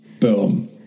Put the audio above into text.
boom